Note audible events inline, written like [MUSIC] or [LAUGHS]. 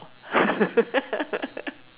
[LAUGHS]